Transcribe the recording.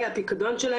כלומר,